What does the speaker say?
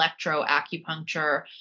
electroacupuncture